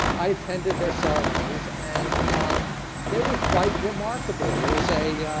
i attended their ceremonies, and um they were quite remarkable. there was a